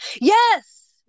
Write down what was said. Yes